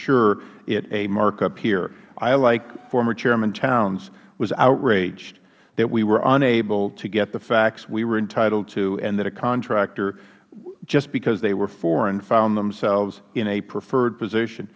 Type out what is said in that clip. sure it a markup here i like former chairman towns was outraged that we were unable to get the facts we were entitled to and that a contractor just because they were foreign found themselves in a preferred position